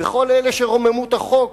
וכל אלה שרוממות החוק